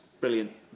Brilliant